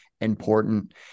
important